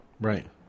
right